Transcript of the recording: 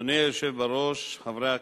אדוני היושב-ראש, חברי הכנסת,